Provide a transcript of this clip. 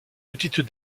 petites